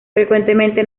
frecuentemente